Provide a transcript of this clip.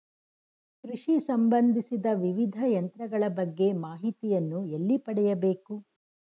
ಕೃಷಿ ಸಂಬಂದಿಸಿದ ವಿವಿಧ ಯಂತ್ರಗಳ ಬಗ್ಗೆ ಮಾಹಿತಿಯನ್ನು ಎಲ್ಲಿ ಪಡೆಯಬೇಕು?